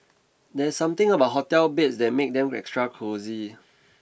there's something about hotel beds that make them extra cosy